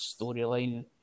storyline